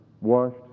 washed